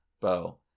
bow